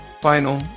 final